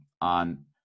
on